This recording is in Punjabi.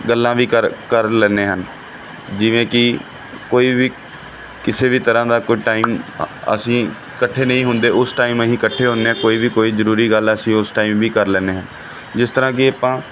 ਗੱਲਾਂ ਵੀ ਕਰ ਕਰ ਲੈਂਦੇ ਹਨ ਜਿਵੇਂ ਕਿ ਕੋਈ ਵੀ ਕਿਸੇ ਵੀ ਤਰ੍ਹਾਂ ਦਾ ਕੋਈ ਟਾਈਮ ਅਸੀਂ ਇਕੱਠੇ ਨਹੀਂ ਹੁੰਦੇ ਉਸ ਟਾਈਮ ਅਸੀਂ ਇਕੱਠੇ ਹੁੰਦੇ ਹਾਂ ਕੋਈ ਵੀ ਕੋਈ ਜ਼ਰੂਰੀ ਗੱਲ ਅਸੀਂ ਉਸ ਟਾਈਮ ਵੀ ਕਰ ਲੈਂਦੇ ਹਾਂ ਜਿਸ ਤਰ੍ਹਾਂ ਕਿ ਆਪਾਂ